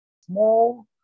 small